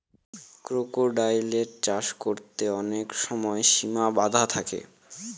ক্রোকোডাইলের চাষ করতে অনেক সময় সিমা বাধা থাকে